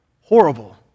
Horrible